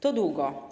To długo.